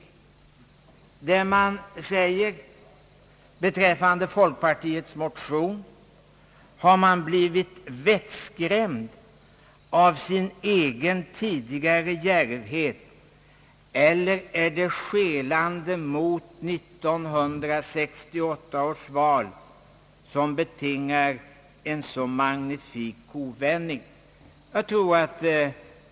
Det heter beträffande folkpartiets motion »att man blivit vettskrämd av sin egen tidigare djärvhet eller är det skelandet mot 1968 års val, som betingar en sådan magnifik kovändning».